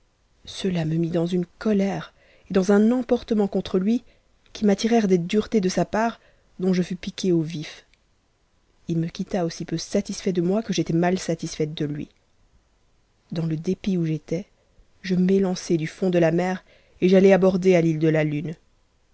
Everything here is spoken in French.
cela me mit dans une colère et dans un emportement contre lui qui m'attirèrent des duretés de sa part dont je fus piquée au vif il me quitta aussi peu satisfait de moi que j'étais mal satisfaite de lui dans le dépit où j'étais je m'élançai du fond de la mer et j'allai aborm a hie de la lune